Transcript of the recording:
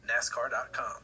NASCAR.com